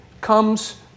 comes